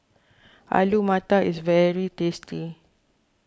Alu Matar is very tasty